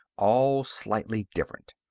all slightly different.